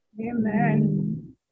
Amen